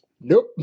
Nope